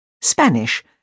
Spanish